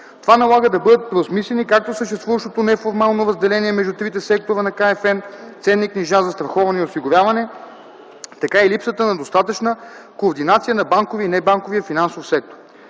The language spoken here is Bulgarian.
Това налага да бъдат преосмислени както съществуващото неформално разделение между трите сектора на КФН – ценни книжа, застраховане и осигуряване, така и липсата на достатъчна координация на банковия и небанковия финансов сектор.